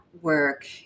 work